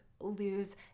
lose